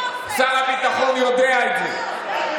שר הביטחון יודע את זה,